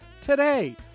today